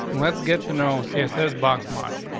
let's get to know css box model.